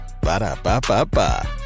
Ba-da-ba-ba-ba